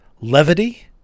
levity